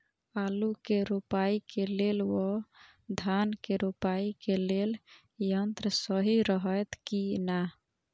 आलु के रोपाई के लेल व धान के रोपाई के लेल यन्त्र सहि रहैत कि ना?